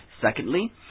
Secondly